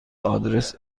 آدرس